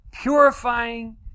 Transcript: purifying